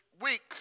week